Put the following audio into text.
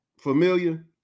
familiar